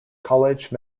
college